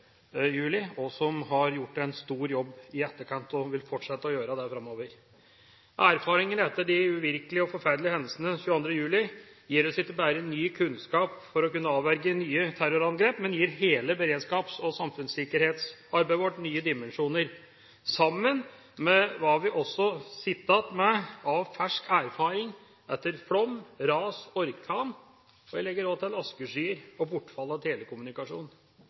juli, og som har gjort en stor jobb i etterkant og vil fortsette å gjøre det. Erfaringene etter de uvirkelige og forferdelige hendelsene 22. juli gir oss ikke bare ny kunnskap for å kunne avverge nye terrorangrep, men gir også hele beredskaps- og samfunnssikkerhetsarbeidet vårt nye dimensjoner, sammen med hva vi sitter igjen med av fersk erfaring etter flom, ras, orkan og – jeg legger til – askeskyer og bortfall av telekommunikasjon.